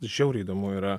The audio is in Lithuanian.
žiauriai įdomu yra